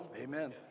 Amen